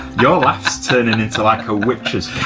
your life's turning into like a witch's